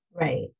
Right